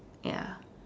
ya